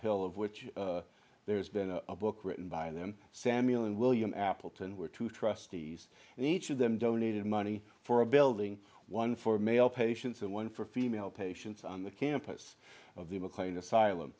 hill of which there's been a book written by them samuel and william appleton were two trustees and each of them donated money for a building one for male patients and one for female patients on the campus of the mclean asylum